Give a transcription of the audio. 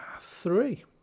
three